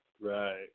Right